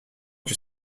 que